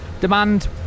demand